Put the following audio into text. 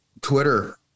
Twitter